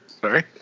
sorry